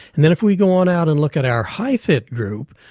and then if we go on out and look at our high-fit group,